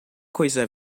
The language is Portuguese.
coisa